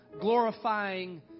glorifying